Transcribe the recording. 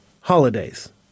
holidays